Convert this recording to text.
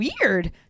Weird